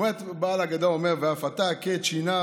ובעל ההגדה אומר: "ואף אתה הקהה את שניו